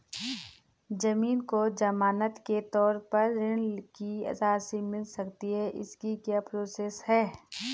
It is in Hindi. ज़मीन को ज़मानत के तौर पर ऋण की राशि मिल सकती है इसकी क्या प्रोसेस है?